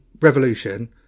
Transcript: Revolution